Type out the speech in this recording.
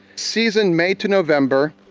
season may to november,